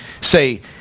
say